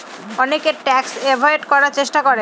অনেকে tax avoid করার চেষ্টা করে